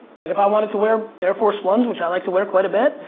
like if i wanted to wear air force one s, which i like to wear quite a bit,